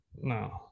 No